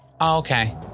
Okay